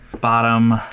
bottom